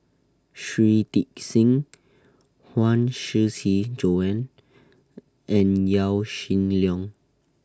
Shui Tit Sing Huang Shiqi Joan and Yaw Shin Leong